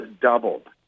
doubled